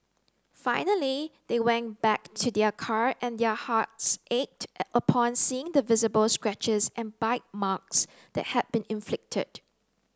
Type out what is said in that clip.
finally they went back to their car and their hearts ached upon seeing the visible scratches and bite marks that had been inflicted